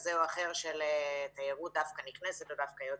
כזה או אחר של תיירות נכנסת או יוצאת,